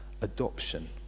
adoption